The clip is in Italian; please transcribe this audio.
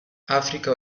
africa